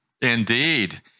Indeed